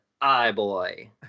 i-boy